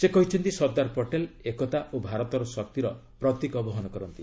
ସେ କହିଛନ୍ତି ସର୍ଦ୍ଦାର ପଟେଲ ଏକତା ଓ ଭାରତର ଶକ୍ତିର ପ୍ରତୀକ ବହନ କରନ୍ତି